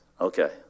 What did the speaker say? Okay